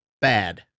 bad